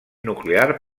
nuclear